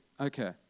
okay